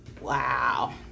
wow